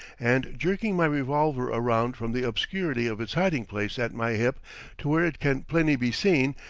and jerking my revolver around from the obscurity of its hiding-place at my hip to where it can plainly be seen,